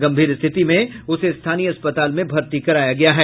गंभीर स्थिति में उसे स्थानीय अस्पताल में भर्ती कराया गया है